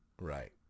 Right